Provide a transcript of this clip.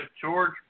George